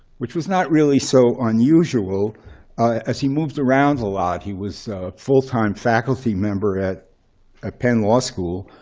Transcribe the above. which was not really so unusual as he moved around a lot. he was a full time faculty member at ah penn law school.